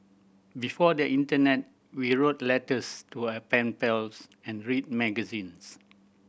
before the internet we wrote letters to our pen pals and read magazines